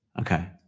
okay